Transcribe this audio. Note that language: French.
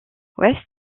west